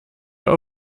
weer